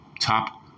top